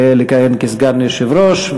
לכהן כסגן יושב-ראש.